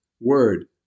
Word